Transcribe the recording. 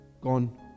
Gone